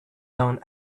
done